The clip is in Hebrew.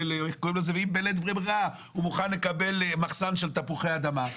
בלית ברירה הוא מוכן לקבל מחסן של תפוחי אדמה.